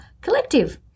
Collective